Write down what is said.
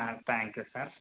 thank you sir